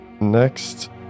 Next